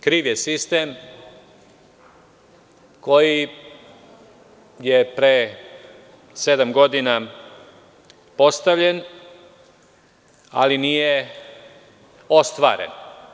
Kriv je sistem koji je pre sedam godina postavljen ali nije ostvaren.